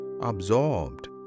absorbed